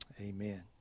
Amen